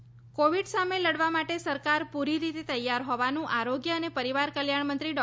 Harshvardhan covid સામે લડવા માટે સરકાર પૂરી રીતે તૈયાર હોવાનું આરોગય અને પરિવાર કલ્યાણમંત્રી ડો